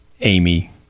Amy